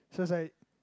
so it's like